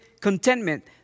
contentment